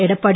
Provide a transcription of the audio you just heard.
Edappadi